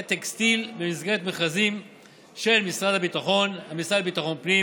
טקסטיל במסגרת מכרזים של משרד הביטחון והמשרד לביטחון פנים